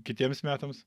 kitiems metams